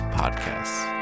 podcasts